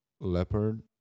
Leopard